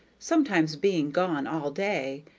sometimes being gone all day,